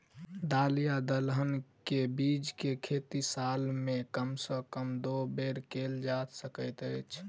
दल या दलहन केँ के बीज केँ खेती साल मे कम सँ कम दु बेर कैल जाय सकैत अछि?